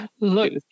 Look